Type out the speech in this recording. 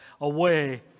away